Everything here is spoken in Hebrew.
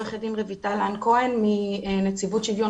אני עו"ד רויטל לן כהן מנציבות שוויון